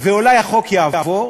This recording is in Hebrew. ואולי החוק יעבור,